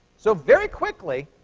so very quickly,